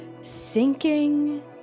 sinking